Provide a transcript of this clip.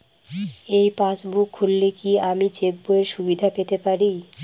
এই পাসবুক খুললে কি আমি চেকবইয়ের সুবিধা পেতে পারি?